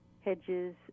hedges